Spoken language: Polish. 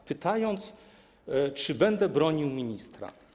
Zapytał, czy będę bronił ministra.